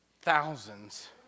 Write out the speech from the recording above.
thousands